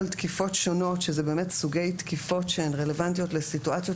על תקיפות שונות שזה באמת סוגי תקיפות שהן רלוונטיות לסיטואציות